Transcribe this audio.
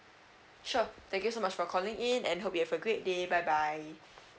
sure thank you so much for calling in and hope you have a great day bye bye